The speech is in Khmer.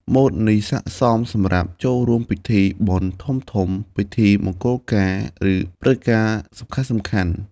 ម៉ូតនេះស័ក្តិសមសម្រាប់ចូលរួមពិធីបុណ្យធំៗ ពិធីមង្គលការ ឬព្រឹត្តិការណ៍សំខាន់ៗ។